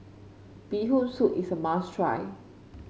Bee Hoon Soup is a must try